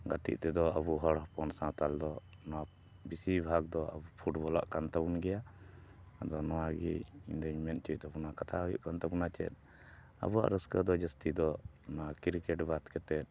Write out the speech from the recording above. ᱜᱟᱛᱮᱜ ᱛᱮᱫᱚ ᱟᱵᱚ ᱦᱚᱲ ᱦᱚᱯᱚᱱ ᱥᱟᱶᱛᱟᱞ ᱫᱚ ᱱᱚᱣᱟ ᱵᱮᱥᱤᱨ ᱵᱷᱟᱜᱽ ᱫᱚ ᱟᱵᱚ ᱯᱷᱩᱴᱵᱚᱞᱟᱜ ᱠᱟᱱ ᱛᱟᱵᱚᱱ ᱜᱮᱭᱟ ᱟᱫᱚ ᱱᱚᱣᱟᱜᱮ ᱤᱧᱫᱚᱧ ᱢᱮᱱ ᱦᱚᱪᱚᱭ ᱛᱟᱵᱚᱱᱟ ᱠᱟᱛᱷᱟ ᱦᱩᱭᱩᱜ ᱠᱟᱱ ᱛᱟᱵᱚᱱᱟ ᱪᱮᱫ ᱟᱵᱚᱣᱟᱜ ᱨᱟᱹᱥᱠᱟᱹ ᱫᱚ ᱡᱟᱹᱥᱛᱤ ᱫᱚ ᱱᱚᱣᱟ ᱠᱨᱤᱠᱮᱴ ᱵᱟᱫ ᱠᱟᱛᱮᱫ